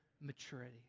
maturity